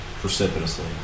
precipitously